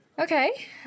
Okay